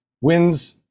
wins